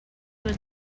was